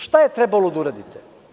Šta je trebalo da uradite?